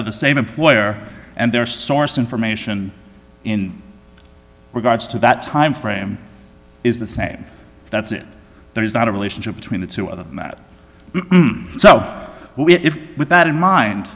of the same employer and their source information in regards to that timeframe is the same that's it there is not a relationship between the two of them that so with that in mind